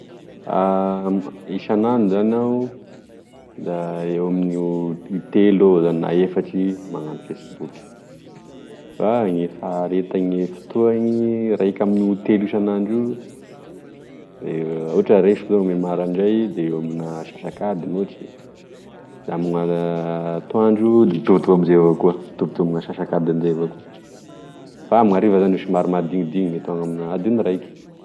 Isan'andro zany aho da eo aminio telo eo zany na efatry eo magnano fesiboky fa gne faretagne fotoany raiky aminio telo isanandr'io da zao ohatry oe raisiko gne maraindray de eo amina asasakadiny ohatry, da amina antoandro mitovitovy amzay avao koa mitovitovy amin'ezay asasakadiny zay avao koa fa amin'hariva zany e somary mahadinidiny mety avy amina adiny raiky.